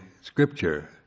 scripture